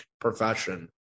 profession